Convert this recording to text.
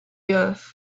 earth